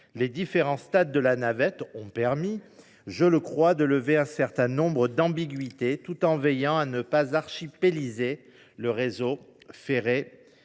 Les différents stades de la navette ont contribué, je le crois, à lever un certain nombre d’ambiguïtés, tout en nous permettant de ne pas « archipéliser » le réseau ferré